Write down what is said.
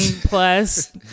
plus